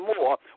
more